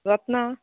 Ratna